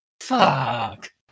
fuck